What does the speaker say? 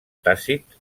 tàcit